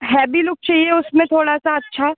हैबी look चाहिए उसमें थोड़ा सा अच्छा